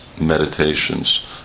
meditations